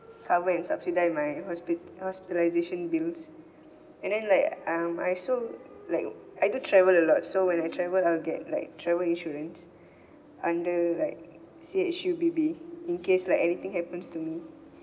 cover and subsidise my hospi~ hospitalisation bills and then like um I also like I do travel a lot so when I travel I'll get like travel insurance under like C H U B B in case like anything happens to me